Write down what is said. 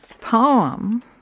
poem